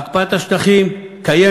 הקפאת הבנייה בשטחים קיימת,